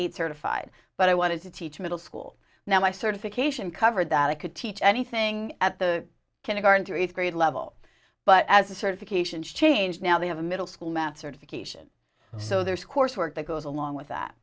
eight certified but i wanted to teach middle school now my certification covered that i could teach anything at the kindergarten through eighth grade level but as a certification change now they have a middle school math certification so there's coursework that goes along with that